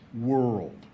world